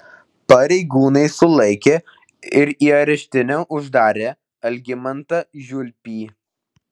pareigūnai sulaikė ir į areštinę uždarė algimantą žiulpį